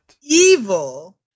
Evil